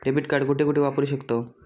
Debit card कुठे कुठे वापरू शकतव?